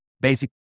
basic